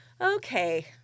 Okay